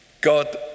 God